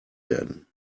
werden